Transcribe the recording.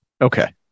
Okay